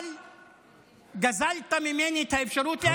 אבל גזלת ממני את האפשרות להצביע.